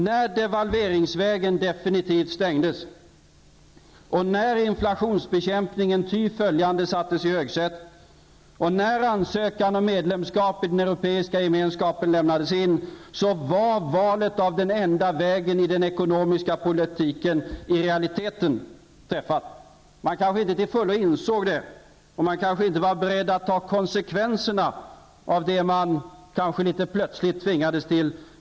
När devalveringsvägen definitivt stängdes, och när inflationsbekämpningen i det följande sattes i högsätet, och när ansökan om medlemskap i den Europeiska gemenskapen lämnades in, var valet av den enda vägen i den ekonomiska politiken i realiteten träffat. Man kanske inte till fullo insåg det, och man kanske inte var beredd att ta konsekvenserna av det man litet plötsligt tvingades till.